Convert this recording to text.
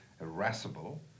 irascible